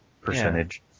percentage